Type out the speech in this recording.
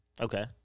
Okay